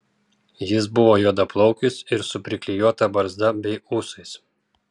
jis buvo juodaplaukis ir su priklijuota barzda bei ūsais